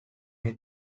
met